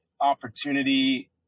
opportunity